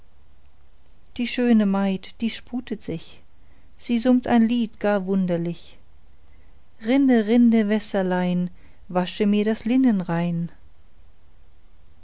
die schöne maid die sputet sich sie summt ein lied gar wunderlich rinne rinne wässerlein wasche mir das linnen rein